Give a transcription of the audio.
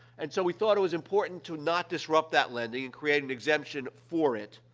and so, we thought it was important to not disrupt that lending and create an exemption for it.